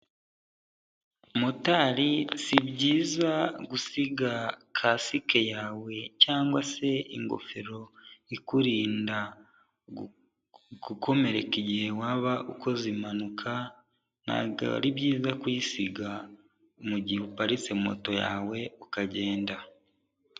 Motari si byiza gusiga kasike yawe cyangwa se ingofero ikurinda gukomereka igihe waba ukoze impanuka, ntago ari byiza kuyisiga mu gihe uparitse moto yawe ukagenda.